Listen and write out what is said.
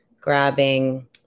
grabbing